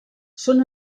són